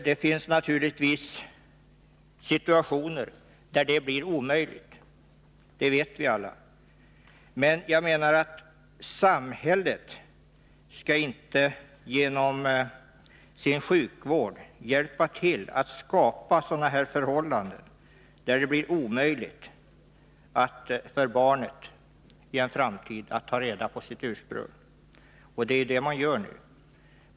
Det finns naturligtvis situationer där detta blir omöjligt — det vet vi alla — men jag menar att samhället inte genom sin sjukvård skall bidra till att skapa sådana här förhållanden, då det blir omöjligt för barnet att i en framtid ta reda på sitt ursprung. Det är det man gör nu.